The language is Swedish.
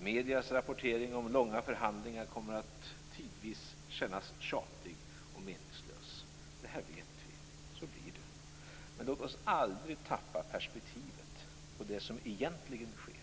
Mediernas rapportering om långa förhandlingar kommer att tidvis kännas tjatig och meningslös. Det här vet vi. Så blir det. Men låt oss aldrig tappa perspektivet på det som egentligen sker.